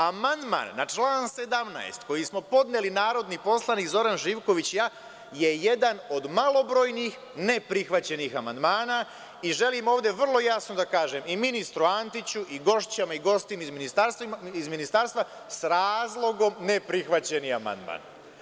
Amandman na član 17. koji smo podneli narodni poslanik Zoran Živković i ja je jedan od malobrojnih ne prihvaćenih amandmana i želim ovde vrlo jasno da kažem i ministru Antiću i gošćama i gostima iz ministarstva, sa razlogom ne prihvaćeni amandman.